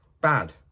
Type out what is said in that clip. bad